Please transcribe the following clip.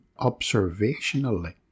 observationally